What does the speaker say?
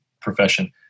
profession